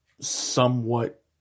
somewhat